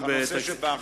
הנושא שבא אחר כך?